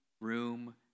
room